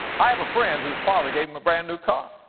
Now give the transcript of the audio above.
i have a friend whose father gave him a brand new car,